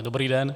Dobrý den.